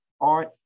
art